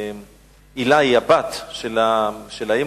הילה היא הבת של האמא,